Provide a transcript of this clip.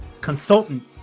consultant